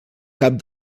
cap